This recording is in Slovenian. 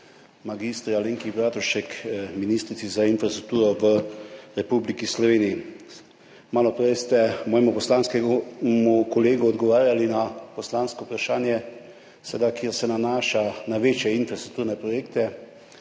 mag. Alenki Bratušek, ministrici za infrastrukturo v Republiki Sloveniji. Malo prej ste mojemu poslanskemu kolegu odgovarjali na poslansko vprašanje, ki se je nanašalo na večje infrastrukturne projekte,